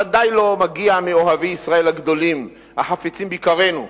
ודאי לא מגיע מאוהבי ישראל הגדולים החפצים ביקרנו,